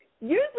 usually